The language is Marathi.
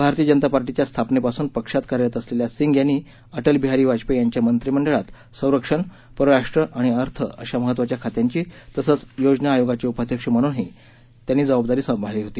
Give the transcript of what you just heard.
भारतीय जनता पार्टीच्या स्थापनेपासून पक्षात कार्यरत असलेल्या सिंग यांनी अटलबिहारी वाजपेयी यांच्या मंत्रीमंडळात संरक्षण परराष्ट्र आणि अर्थ अशा महत्त्वाच्या खात्यांची तसंच योजना आयोगाचे उपाध्यक्ष म्हणूनही त्यांनी जबाबदारी सांभाळली होती